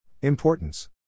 Importance